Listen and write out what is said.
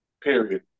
period